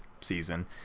season